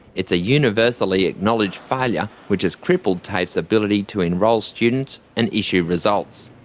it's a universally-acknowledged failure which has crippled tafe's ability to enrol students and issue results.